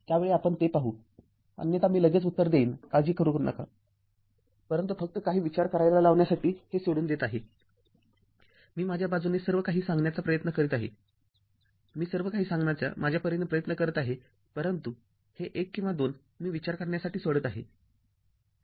त्या वेळी आपण ते पाहू अन्यथा मी लगेच उत्तर देईन काळजी करू नकापरंतु फक्त काही विचार करायला लावण्यासाठी हे सोडून देत आहे मी माझ्या बाजूने सर्व काही सांगण्याचा प्रयत्न करीत आहे मी सर्व काही सांगण्याचा माझ्या परीने प्रयत्न करीत आहेपरंतु हे १ किंवा २ मी विचार करण्यासाठी सोडत आहे